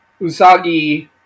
usagi